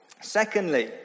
Secondly